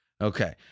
Okay